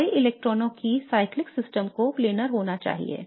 तो इसलिए pi इलेक्ट्रॉनों की चक्रीय प्रणाली को planar होना चाहिए